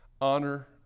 honor